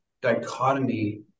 dichotomy